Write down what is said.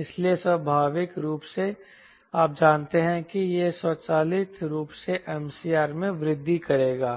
इसलिए स्वाभाविक रूप से आप जानते हैं कि यह स्वचालित रूप से MCR में वृद्धि करेगा